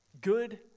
Good